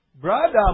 brother